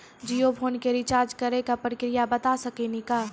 Jio phone के recharge करे के का प्रक्रिया बता साकिनी का?